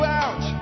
out